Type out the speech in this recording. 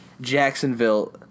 Jacksonville